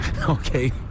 okay